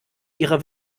ihrer